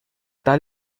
tal